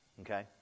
Okay